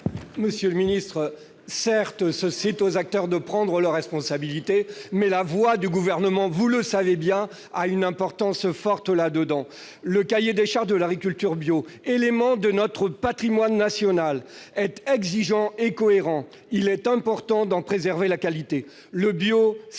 monsieur le ministre, c'est aux acteurs de prendre leurs responsabilités, mais la voix du Gouvernement, vous le savez bien, a une importance forte. Le cahier des charges de l'agriculture bio, élément de notre patrimoine national, est exigeant et cohérent. Il est important d'en préserver la qualité. Le bio- c'est son